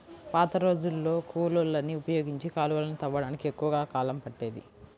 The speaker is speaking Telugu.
పాతరోజుల్లో కూలోళ్ళని ఉపయోగించి కాలవలని తవ్వడానికి ఎక్కువ కాలం పట్టేది